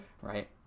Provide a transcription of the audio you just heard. right